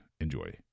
enjoy